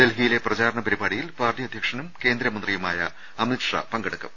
ഡൽഹിയിലെ പ്രചാരണ പരിപാടിയിൽ പാർട്ടി അധ്യ ക്ഷനും കേന്ദ്ര മന്ത്രി യു മായ അമിത് ഷാ പങ്കെടുക്കും